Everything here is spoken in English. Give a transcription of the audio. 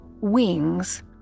wings